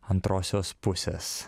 antrosios pusės